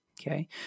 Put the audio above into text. Okay